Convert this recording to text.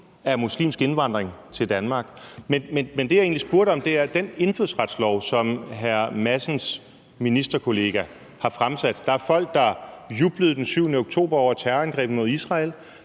af muslimsk indvandring til Danmark. Men det, jeg egentlig spurgte om, er den indfødsretslov, som hr. Christian Rabjerg Madsens ministerkollega har fremsat. Der er folk, der jublede den 7. oktober over terrorangrebet på Israel,